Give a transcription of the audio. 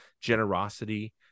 generosity